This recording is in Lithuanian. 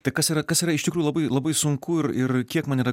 tai kas yra kas yra iš tikrųjų labai labai sunku ir ir kiek man yra